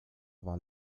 war